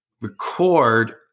record